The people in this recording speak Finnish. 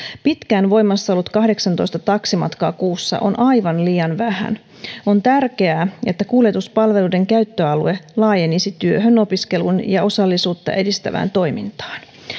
pitkään voimassa ollut kahdeksantoista taksimatkaa kuukaudessa on aivan liian vähän on tärkeää että kuljetuspalveluiden käyttöalue laajenisi työhön opiskeluun ja osallisuutta edistävään toimintaan